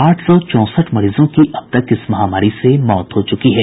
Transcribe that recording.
आठ सौ चौंसठ मरीजों की अब तक इस महामारी से मौत हो चुकी है